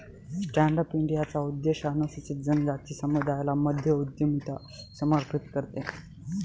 stand up इंडियाचा उद्देश अनुसूचित जनजाति समुदायाला मध्य उद्यमिता समर्थित करते